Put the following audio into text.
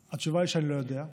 התשובה היא שאני לא יודע.